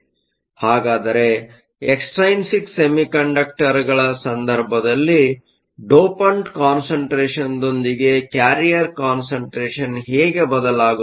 ಹಾಗಾದರೆ extrinsic semiconductor semiconductorಗಳ ಸಂದರ್ಭದಲ್ಲಿ ಡೋಪಂಟ್ ಕಾನ್ಸಂಟ್ರೇಷನ್Concentrationದೊಂದಿಗೆ ಕ್ಯಾರಿಯರ್ ಕಾನ್ಸಂಟ್ರೇಷನ್Carrier concentration ಹೇಗೆ ಬದಲಾಗುತ್ತದೆ